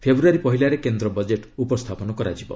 ଫେବୃୟାରୀ ପହିଲାରେ କେନ୍ଦ୍ର ବଜେଟ୍ ଉପସ୍ଥାପନ କରାଯିବ